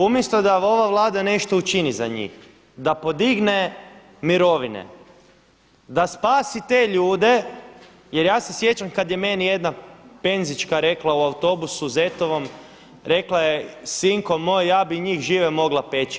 Umjesto da ova Vlada nešto učini za njih, da podigne mirovine, da spasi te ljude jer ja se sjećam kada je meni jedna penzička rekla u autobusu ZET-ovom, rekla je sinko moj ja bih njih žive mogla peći.